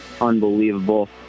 unbelievable